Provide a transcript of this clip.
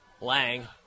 Lang